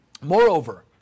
Moreover